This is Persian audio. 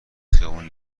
خیابون